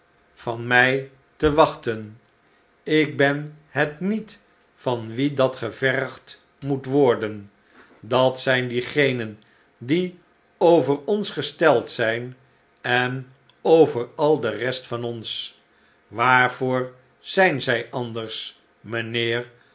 van mij te wachten ik ben het niet van wien dat gevergd moet worden dat zijn diegenen die over ons gesteld zijn en over al de rest van ons waarvoor zijn zij anders mijnheer